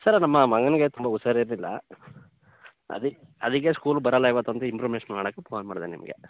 sir ನಮ್ಮ ಮಗನಿಗೆ ತುಂಬ ಹುಷಾರಿರ್ಲಿಲ್ಲ ಅದಕ್ಕೆ ಸ್ಕೂಲ್ಗೆ ಬರೋಲ್ಲ ಇವತ್ತು ಅಂತ ಇಂಪ್ರುಮೇಶನ್ ಮಾಡೋಕ್ಕೆ ಫೋನ್ ಮಾಡಿದೆ ನಿಮಗೆ